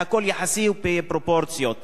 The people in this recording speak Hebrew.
והכול יחסית ובפרופורציות.